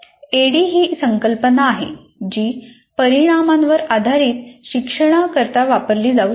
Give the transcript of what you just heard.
ADIDE ही एक संकल्पना आहे जी परिणामांवर आधारीत शिक्षणाकरिता वापरली जाऊ शकते